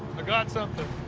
got something.